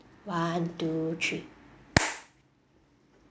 one two three